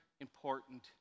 important